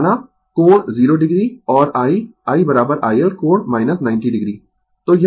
माना कोण 0o और I I iL कोण 90 o